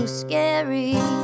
scary